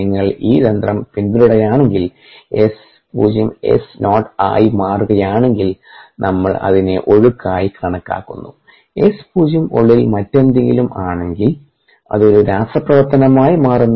നിങ്ങൾ ഈ തന്ത്രം പിന്തുടരുകയാണെങ്കിൽ S0 S0 ആയി മാറുകയാണെങ്കിൽ നമ്മൾ അതിനെ ഒഴുക്കായി കണക്കാക്കുന്നു S0 ഉള്ളിൽ മറ്റെന്തെങ്കിലും ആണെങ്കിൽ അത് ഒരു രാസപ്രവർത്തനമായി മാറുന്നു